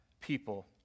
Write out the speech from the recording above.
people